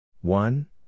one